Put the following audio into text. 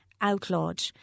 outlawed